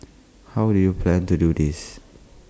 how do you plan to do this